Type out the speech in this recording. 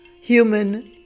human